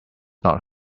not